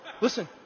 Listen